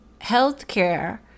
healthcare